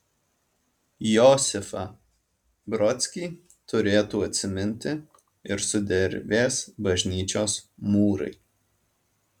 josifą brodskį turėtų atsiminti ir sudervės bažnyčios mūrai